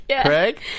Craig